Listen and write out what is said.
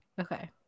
Okay